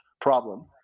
problem